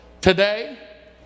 today